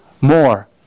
more